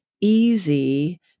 easy